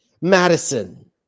Madison